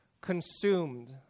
consumed